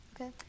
Okay